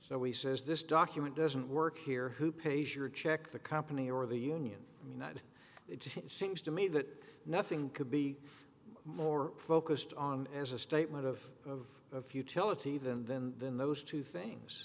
so he says this document doesn't work here who pays your check the company or the union unite it seems to me that nothing could be more focused on as a statement of futility than than than those two things